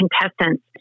contestants